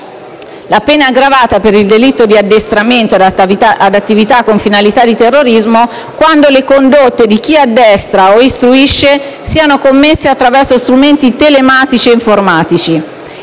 La pena è aggravata per il delitto di addestramento ad attività con finalità di terrorismo, quando le condotte di chi addestra o istruisce siano commesse attraverso strumenti telematici o informatici.